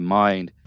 mind